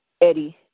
Eddie